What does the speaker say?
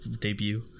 debut